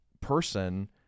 person